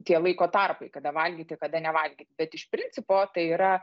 tie laiko tarpai kada valgyti kada nevalgyt bet iš principo tai yra